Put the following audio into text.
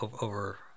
over